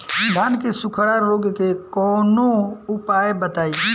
धान के सुखड़ा रोग के कौनोउपाय बताई?